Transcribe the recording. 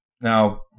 now